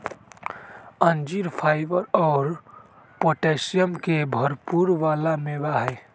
अंजीर फाइबर और पोटैशियम के भरपुर वाला मेवा हई